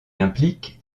implique